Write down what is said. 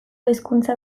hizkuntza